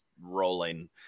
rolling